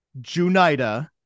Junida